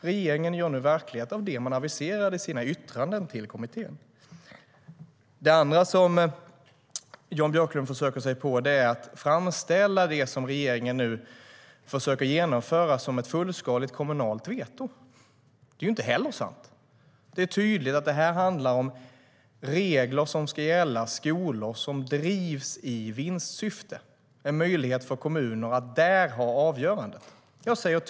Regeringen gör nu verklighet av det man aviserade i sina yttranden till kommittén. Det andra som Jan Björklund försöker sig på är att framställa det som regeringen nu försöker genomföra som ett fullskaligt kommunalt veto. Det är ju inte heller sant. Det är tydligt att det handlar om regler som ska gälla skolor som drivs i vinstsyfte. Där ska kommunerna ha möjlighet att avgöra.